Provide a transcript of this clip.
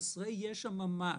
חסרי ישע ממש,